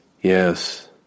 Yes